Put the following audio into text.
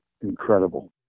incredible